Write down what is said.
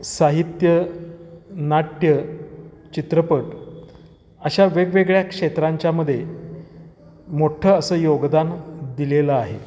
साहित्य नाट्य चित्रपट अशा वेगवेगळ्या क्षेत्रांच्यामध्ये मोठं असं योगदान दिलेलं आहे